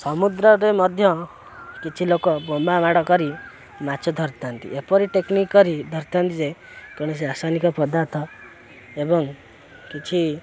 ସମୁଦ୍ରରେ ମଧ୍ୟ କିଛି ଲୋକ ବୋମା ମାଡ଼ କରି ମାଛ ଧରିଥାନ୍ତି ଏପରି ଟେକ୍ନିକ୍ କରି ଧରିଥାନ୍ତି ଯେ କୌଣସି ରାସାୟନିକ ପଦାର୍ଥ ଏବଂ କିଛି